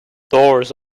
doors